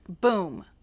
boom